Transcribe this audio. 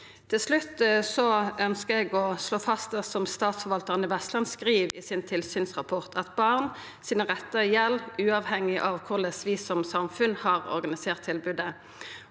Til slutt ønskjer eg å slå fast det som Statsforvaltaren i Vestland skriv i tilsynsrapporten: at barn sine rettar gjeld uavhengig av korleis vi som samfunn har organisert tilbodet,